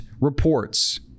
reports